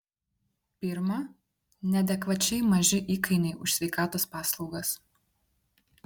pirma neadekvačiai maži įkainiai už sveikatos paslaugas